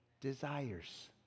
desires